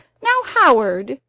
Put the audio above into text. now, howard,